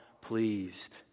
pleased